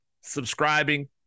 subscribing